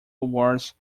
awards